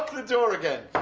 the door again.